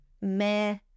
meh